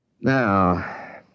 Now